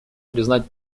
признать